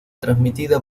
transmitida